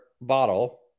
bottle